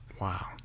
Wow